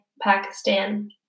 Pakistan